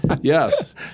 Yes